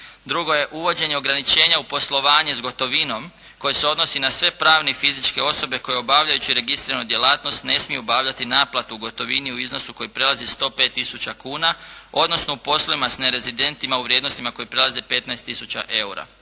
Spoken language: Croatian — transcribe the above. Drugo je uvođenje ograničenja u poslovanje sa gotovinom koje se odnosi na sve pravne i fizičke osobe koje obavljajući registriranu djelatnost ne smiju obavljati naplatu u gotovinu u iznosu koji prelazi 105 tisuća kuna, odnosno u poslovima sa nerizdentima u vrijednostima koje prelaze 15 tisuća eura.